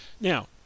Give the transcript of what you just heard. Now